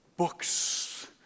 books